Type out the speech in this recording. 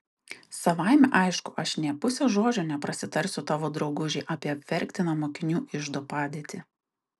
savaime aišku aš nė puse žodžio neprasitarsiu tavo draugužei apie apverktiną mokinių iždo padėtį